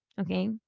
okay